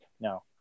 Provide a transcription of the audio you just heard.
no